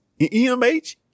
EMH